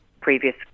previous